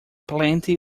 plenty